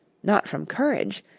not from courage,